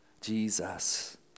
Jesus